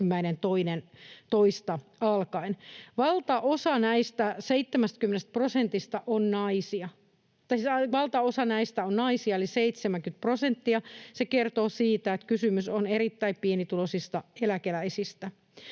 Valtaosa eli 70 prosenttia näistä on naisia. Se kertoo siitä, että kysymys on erittäin pienituloisista eläkeläisistä.